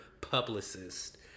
publicist